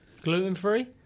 gluten-free